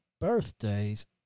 birthdays